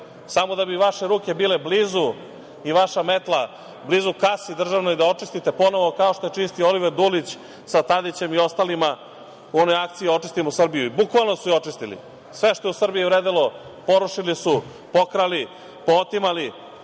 samo da bi vaše ruke bile blizu i vaša metla blizu kase državne, da očistite ponovo kao što je čistio Oliver Dulić sa Tadićem i ostalima u onoj akciji "Očistimo Srbiju". Bukvalno su je očistili. Sve što je u Srbiji vredelo porušili su, pokrali, pootimali,